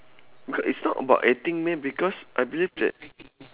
because it's not about acting meh because I believe that